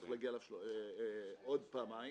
צריך להגיע אליו עוד פעמיים.